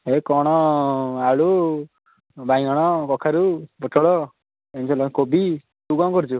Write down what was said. ଏଇ କ'ଣ ଆଳୁ ବାଇଗଣ କଖାରୁ ପୋଟଳ ଏମିତି ସବୁ କୋବି ତୁ କ'ଣ କରିଛୁ